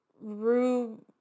Rue